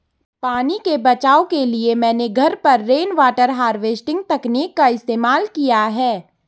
पानी के बचाव के लिए मैंने घर पर रेनवाटर हार्वेस्टिंग तकनीक का इस्तेमाल किया है